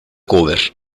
cover